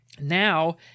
now